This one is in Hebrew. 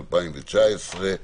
2019,